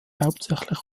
hauptsächlich